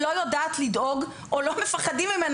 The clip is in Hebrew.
והיא לא יודעת לדאוג או לא מפחדים ממנה